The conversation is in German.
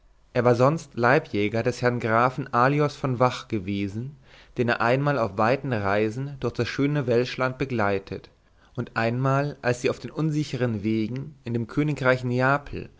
er war sonst leibjäger des herrn grafen aloys von vach gewesen den er auf weiten reisen durch das schöne welschland begleitet und einmal als sie auf den unsichern wegen in dem königreich neapel